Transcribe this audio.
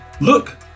look